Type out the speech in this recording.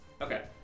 Okay